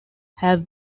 have